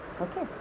Okay